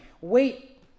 wait